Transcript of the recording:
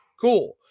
Cool